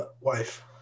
wife